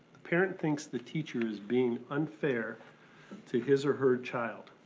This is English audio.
parent thinks the teacher is being unfair to his or her child.